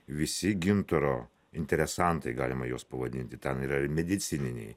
visi gintaro interesantai galima juos pavadinti ten yra ir medicininiai